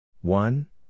One